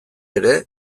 ere